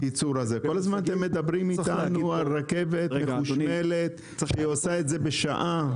אתם כל הזמן מדברים איתנו על רכבת מחושמלת שעושה את זה בשעה.